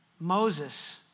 Moses